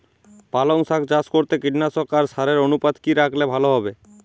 পালং শাক চাষ করতে কীটনাশক আর সারের অনুপাত কি রাখলে ভালো হবে?